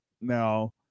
Now